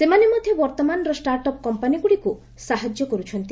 ସେମାନେ ମଧ୍ୟ ବର୍ତ୍ତମାନର ଷ୍ଟାଟ୍ଅପ୍ କମ୍ପାନୀଗୁଡ଼ିକୁ ସାହାଯ୍ୟ କରୁଛନ୍ତି